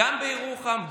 גם בירוחם,